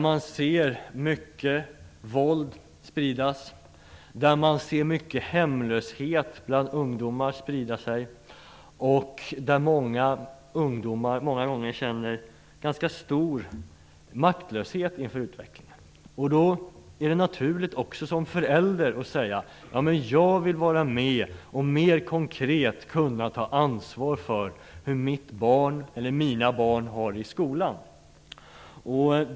Man ser mycket våld spridas. Man ser mycket av hemlöshet sprida sig bland ungdomar. Många unga känner en ganska stor maktlöshet inför utvecklingen. Det är då naturligt att också som förälder säga: Jag vill mer konkret kunna ta ansvar för hur mitt eller mina barn har det i skolan.